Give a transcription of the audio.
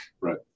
right